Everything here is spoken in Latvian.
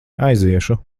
aiziešu